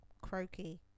croaky